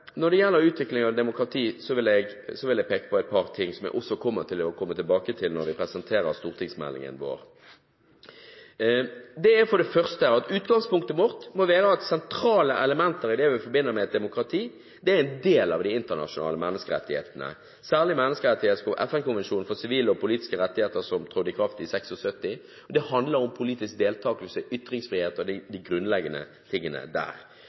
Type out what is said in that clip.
komme tilbake til når vi presenterer stortingsmeldingen vår. Det er for det første at utgangspunktet vårt må være at sentrale elementer i det vi forbinder med et demokrati, er en del av de internasjonale menneskerettighetene, særlig FNs konvensjon om sivile og politiske rettigheter, som trådte i kraft i 1976. Det handler om politisk deltakelse, ytringsfrihet og de grunnleggende tingene.